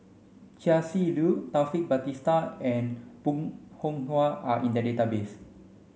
Chia Shi Lu Taufik Batisah and Bong Hiong Hwa are in the database